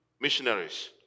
missionaries